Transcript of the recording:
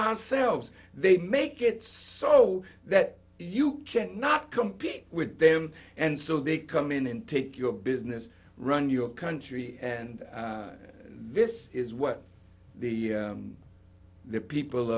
ourselves they make it so that you cannot compete with them and so they come in and take your business run your country and this is what the the people